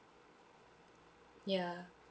ya